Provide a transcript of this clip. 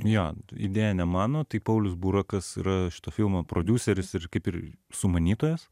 jo idėja ne mano tai paulius burakas yra šito filmo prodiuseris ir kaip ir sumanytojas